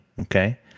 Okay